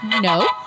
No